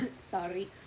Sorry